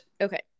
Okay